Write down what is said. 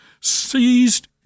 seized